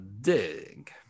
dig